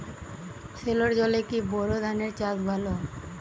সেলোর জলে কি বোর ধানের চাষ ভালো?